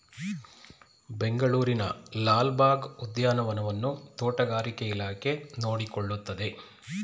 ಬೆಂಗಳೂರಿನ ಲಾಲ್ ಬಾಗ್ ಉದ್ಯಾನವನವನ್ನು ತೋಟಗಾರಿಕೆ ಇಲಾಖೆ ನೋಡಿಕೊಳ್ಳುತ್ತದೆ